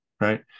right